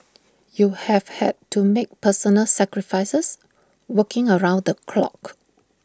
you have had to make personal sacrifices working around the clock